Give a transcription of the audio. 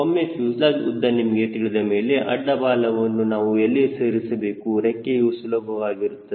ಒಮ್ಮೆ ಫ್ಯೂಸೆಲಾಜ್ ಉದ್ದ ನಮಗೆ ತಿಳಿದ ಮೇಲೆ ಅಡ್ಡ ಬಾಲವನ್ನು ನಾವು ಎಲ್ಲಿ ಸೇರಿಸಬಹುದು ರೆಕ್ಕೆಯು ಸುಲಭವಾಗಿರುತ್ತದೆ